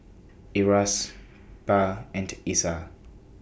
IRAS Pa and Isa